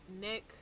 nick